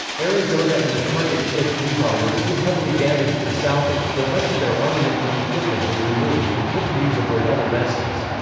arizona and the target ship utah were too heavily damaged for salvage, though much of their armament and equipment was removed and put to use aboard other vessels.